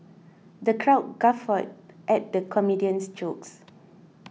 the crowd guffawed at the comedian's jokes